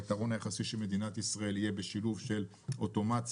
היתרון היחסי של מדינת ישראל יהיה בשילוב של אוטומציה,